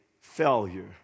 failure